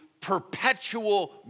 perpetual